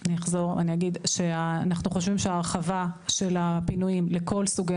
אני אחזור ואני אגיד שההרחבה של הפינויים לכל סוגי